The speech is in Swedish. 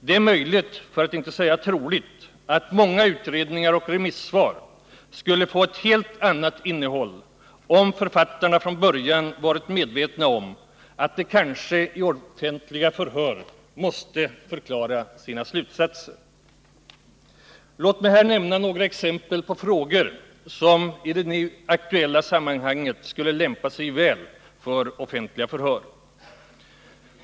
Det är möjligt, för att inte säga troligt, att många utredningar och remissvar skulle få ett helt annat innehåll om författarna från början varit medvetna om att de kanske i offentliga förhör måste förklara sina slutsatser. Låt mig här nämna några exempel på frågor som i det nu aktuella sammanhanget skulle lämpa sig väl för offentliga förhör.